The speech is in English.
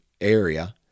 area